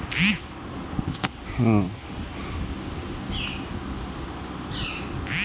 अर्थशास्त्रि के कहना हई की अधिक से अधिक करदाता तक लाभ पहुंचावे के लगी कर के सीमा कम रखेला चाहत हई